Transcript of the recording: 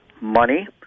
money